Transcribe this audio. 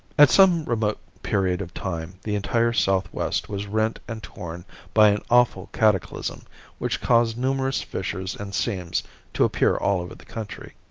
at some remote period of time the entire southwest was rent and torn by an awful cataclysm which caused numerous fissures and seams to appear all over the country.